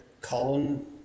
colin